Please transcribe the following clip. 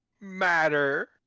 matter